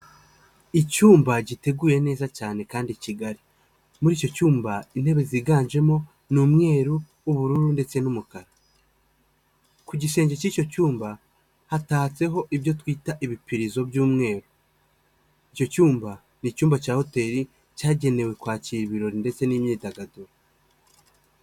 Icyumba giteguye neza cyane kandi kigari, muri icyo cyumba intebe ziganjemo ni umweru, ubururu ndetse n'umukara, ku gisenge k'icyo cyumba hatatseho ibyo twita ibipirizo by'umweru, icyo cyumba ni icyumba cya hoteli cyagenewe kwakira ibirori ndetse n'imyidagaduro.